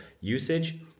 usage